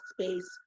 space